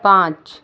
پانچ